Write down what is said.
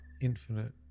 infinite